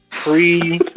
Free